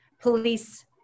police